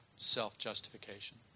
self-justification